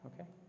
okay